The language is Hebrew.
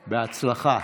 בהצלחה.